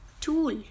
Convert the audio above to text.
tool